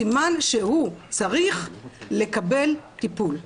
סימן שהוא צריך לקבל טיפול'.